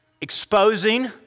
exposing